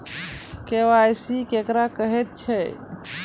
KYC केकरा कहैत छै?